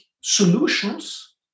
solutions